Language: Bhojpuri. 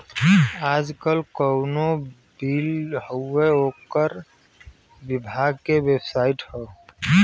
आजकल कउनो बिल हउवे ओकर विभाग के बेबसाइट हौ